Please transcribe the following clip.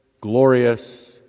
glorious